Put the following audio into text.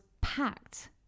packed